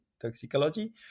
toxicology